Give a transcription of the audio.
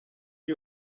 you